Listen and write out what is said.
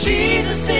Jesus